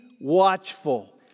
watchful